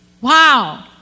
wow